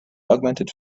augmented